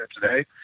today